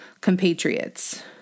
compatriots